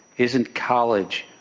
isn't college,